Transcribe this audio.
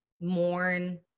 mourn